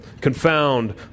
confound